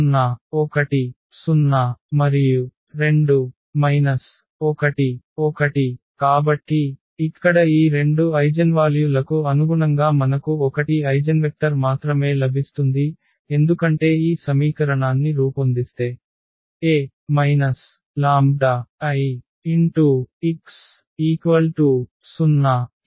0 1 0 మరియు 2 1 1 కాబట్టి ఇక్కడ ఈ 2 ఐగెన్వాల్యు లకు అనుగుణంగా మనకు 1 ఐగెన్వెక్టర్ మాత్రమే లభిస్తుంది ఎందుకంటే ఈ సమీకరణాన్ని రూపొందిస్తే A λIx0 కి సమానం